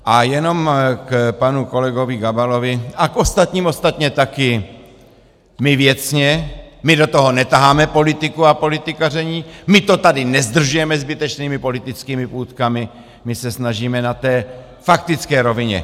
A jenom k panu kolegovi Gabalovi a ostatně k ostatním také my věcně, my do toho netaháme politiku a politikaření, my to tady nezdržujeme zbytečnými politickými půtkami, my se snažíme na té faktické rovině.